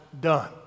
done